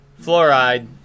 fluoride